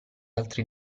altri